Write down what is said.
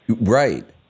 Right